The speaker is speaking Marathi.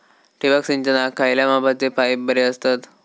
ठिबक सिंचनाक खयल्या मापाचे पाईप बरे असतत?